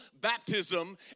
baptism